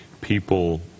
people